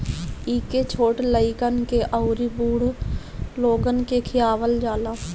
एके छोट लइकन के अउरी बूढ़ लोगन के खियावल जाला